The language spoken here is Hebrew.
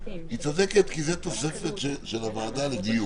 צודקת כי זה תוספת של הוועדה לדיון,